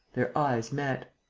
their eyes met.